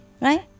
right